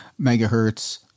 megahertz